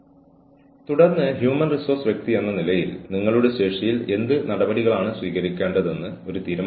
ജീവനക്കാരൻ ഒരു നിശ്ചിത എണ്ണം മണിക്കൂർ പ്രവർത്തിച്ച ശേഷം ചില വെബ്സൈറ്റുകൾ സാധാരണ ബ്രൌസ് ചെയ്യുന്നതിൽ നിന്ന് ജീവനക്കാരനെ തടയുന്നത് വളരെ പ്രധാനമാണോ